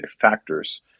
factors